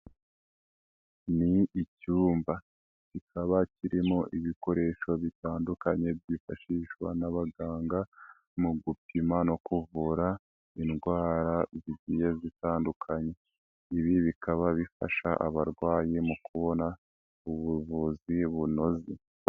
Ni icyumba kikaba kirimo ibikoresho bitandukanye byifashishwa n'abaganga mu gupima no kuvura indwara zigiye zitandukanye, ibi bikaba bifasha abarwayi mu kubona ubuvuzi bunoze.